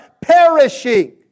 perishing